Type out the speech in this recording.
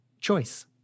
choice